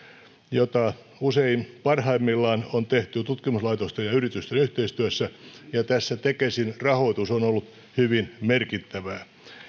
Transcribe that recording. jota usein parhaimmillaan on tehty tutkimuslaitosten ja yritysten yhteistyössä ja tässä tekesin rahoitus on ollut hyvin merkittävää